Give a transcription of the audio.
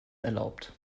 erlaubt